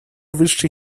высшей